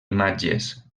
imatges